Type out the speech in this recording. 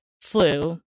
flu